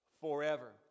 forever